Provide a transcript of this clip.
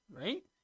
right